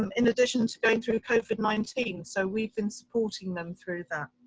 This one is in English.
um in addition to going through covid nineteen, so we've been supporting them through that.